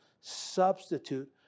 substitute